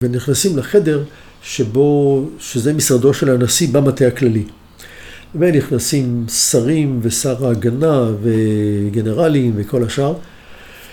ונכנסים לחדר, שזה משרדו של הנשיא במטה הכללי. ונכנסים שרים, ושר ההגנה, וגנרלים, וכל השאר.